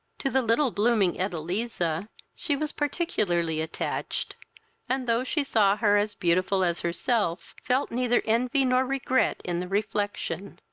to the little blooming edeliza she was particularly attached and, though she saw her as beautiful as herself, felt neither envy nor regret in the reflection.